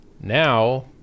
Now